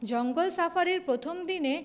জঙ্গল সাফারির প্রথম দিনে